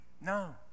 No